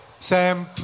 Sam